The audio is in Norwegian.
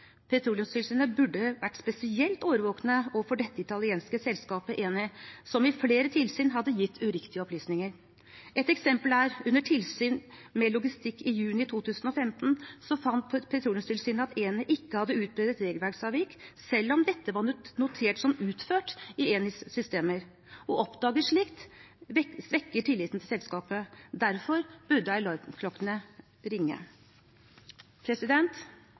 Petroleumstilsynet burde vært spesielt årvåkne overfor dette italienske selskapet Eni, som i flere tilsyn hadde gitt uriktige opplysninger. Ett eksempel er: Under tilsyn med logistikk i juni 2015 fant Petroleumstilsynet at Eni ikke hadde utbedret regelverksavvik, selv om dette var notert som utført i Enis systemer. Slikt svekker tilliten til selskapet. Derfor burde